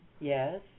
Yes